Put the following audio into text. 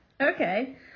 Okay